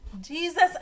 Jesus